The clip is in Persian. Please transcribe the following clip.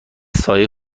سایه